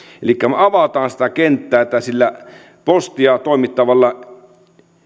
elikkä avataan sitä kenttää että sillä postia toimittavalla